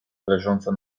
leżące